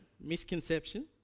misconception